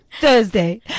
Thursday